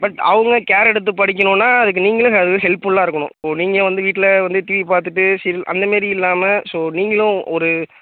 but அவங்களும் care எடுத்து படிக்கணும்ன்னா அதுக்கு நீங்களும் வந்து ஹெல்ப் ஃபுல்லாகருக்கணும் இப்போ நீங்கள் வந்து வீட்டில் வந்து டிவி பார்த்துட்டு சரி அந்தமாரி இல்லாமல் ஸோ நீங்களும் ஒரு